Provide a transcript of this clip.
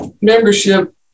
membership